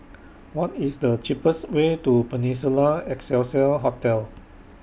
What IS The cheapest Way to Peninsula Excelsior Hotel